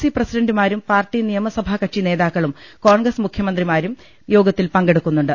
C പ്രസിഡന്റുമാരും party നിയമസഭാകക്ഷിനേ താക്കളും കോൺഗ്രസ് മുഖ്യമന്ത്രിമാരും യോഗത്തിൽ പങ്കെ ടുക്കുന്നുണ്ട്